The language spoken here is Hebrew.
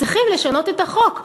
צריכים לשנות את החוק,